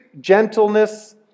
gentleness